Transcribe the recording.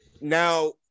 Now